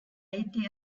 été